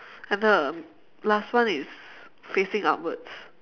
and the last one is facing upwards